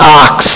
ox